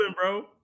bro